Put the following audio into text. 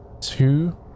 two